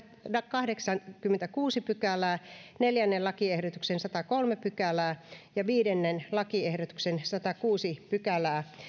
kahdeksattakymmenettäkuudetta pykälää neljännen lakiehdotuksen sadattakolmatta pykälää ja viidennen lakiehdotuksen sadattakuudetta pykälää